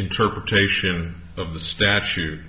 interpretation of the statute